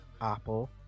Apple